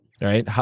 Right